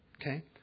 okay